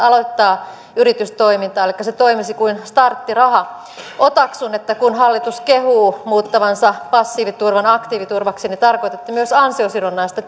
aloittaa yritystoimintaa elikkä se toimisi kuin starttiraha otaksun että kun hallitus kehuu muuttavansa passiiviturvan aktiiviturvaksi niin tarkoitatte myös ansiosidonnaista